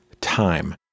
Time